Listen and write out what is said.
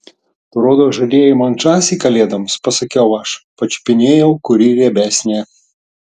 tu rodos žadėjai man žąsį kalėdoms pasakiau aš pačiupinėjau kuri riebesnė